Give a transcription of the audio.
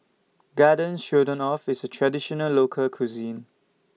Garden Stroganoff IS Traditional Local Cuisine